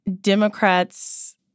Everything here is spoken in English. Democrats